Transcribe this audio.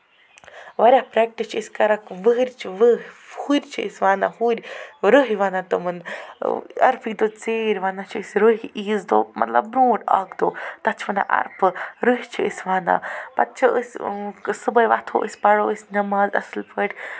واریاہ پرٮ۪کٹِس چھِ أسۍ کران ہُر چھِ وَنان أسۍ ہُرۍ رٔہۍ وَنان تٔمن اَرفٕکۍ دۄہ ژیٖر چھِ أسۍ وَنان عیٖز دۄہ مطلب برنٹھ اکھ دۄہ تَتہِ چھِ وَنان اکھ دۄہ رٔہۍ چھِ أسۍ وَنان تَتہِ چھِ أسۍ صبُحٲے ۄتھاو أٔسی پَرو أسۍ نٮ۪ماز اَصٕل پٲٹھۍ